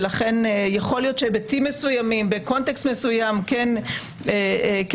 ולכן יכול להיות שהיבטים מסוימים בקונטקסט מסוים כן ישפיעו.